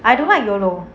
I don't like yolo